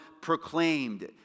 proclaimed